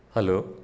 hello